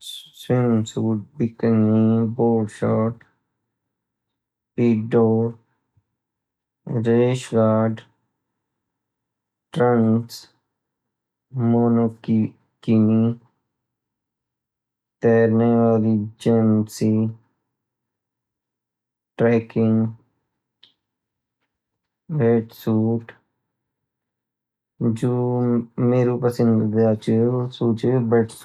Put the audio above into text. स्विमसुइटे, बिकिनी, बौशोरत ,पीडो ,ज्येश्गड, ट्रंक, मोनोकिनी ,तैरने वाली जेन्सी ,ट्रैकिंग, ट्रैकसूईटे जो मेरु पसंदीदा ची सूचि बेड़सोल